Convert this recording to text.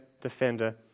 defender